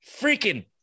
freaking